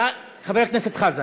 חבר הכנסת,